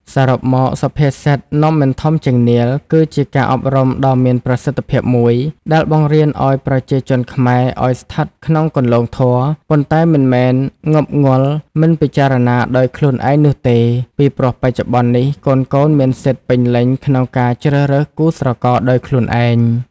សរុបមក សុភាសិត នំមិនធំជាងនាឡិ គឺជាការអប់រំដ៏មានប្រសិទ្ធភាពមួយ ដែលបង្រៀនប្រជាជនខ្មែរឲ្យស្ថិតក្នុងគន្លងធម៌ ប៉ុន្តែមិនមែនងប់ងល់មិនពិចារណាដោយខ្លួនឯងនោះទេ ពីព្រោះបច្ចុប្បន្ននេះកូនៗមានសិទ្ធិពេញលេញក្នុងការជ្រើសរើសគូស្រករដោយខ្លួនឯង។